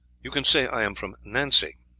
you can say i am from nancy.